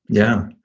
yeah.